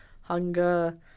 hunger